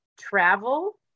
travel